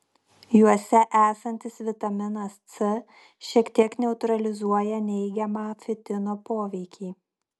juose esantis vitaminas c šiek tiek neutralizuoja neigiamą fitino poveikį